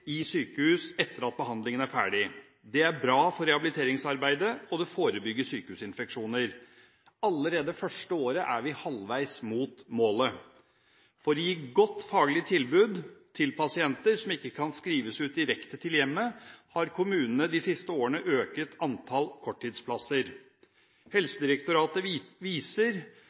sykehus etter at behandlingen er ferdig. Det er bra for rehabiliteringsarbeidet og forebygger sykehusinfeksjoner. Allerede første året er vi halvveis mot målet. For å gi et godt faglig tilbud til pasienter som ikke kan skrives ut direkte til hjemmet, har kommunene de siste årene øket antall korttidsplasser. Helsedirektoratets tall viser